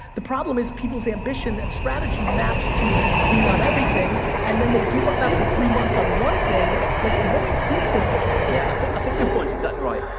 the problem is people's ambition and strategy maps to being on everything, and then they give up after three months on one thing, like what do you think this is? yeah i think your point is exactly right,